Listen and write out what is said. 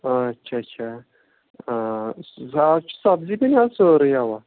آچھا اچھا چھِ سبزی سٲرٕے اَوا